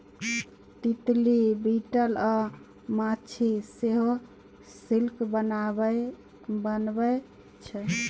तितली, बिटल अ माछी सेहो सिल्क बनबै छै